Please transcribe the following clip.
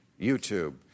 YouTube